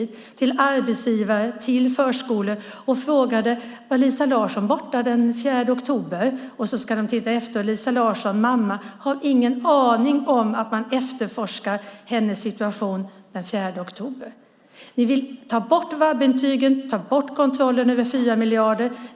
Man ringde upp till arbetsgivare och förskolor och frågade: Var Lisa Larsson borta den 4 oktober? Så ska man se efter, och Lisa Larsson, mamma, har ingen aning om att man efterforskar hennes situation den 4 oktober. Ni vill ta bort VAB-intygen, ta bort kontrollen över 4 miljarder.